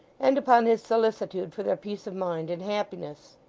and upon his solicitude for their peace of mind and happiness.